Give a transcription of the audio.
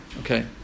okay